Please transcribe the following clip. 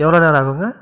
எவ்வளோ நேரம் ஆகுங்க